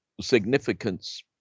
significance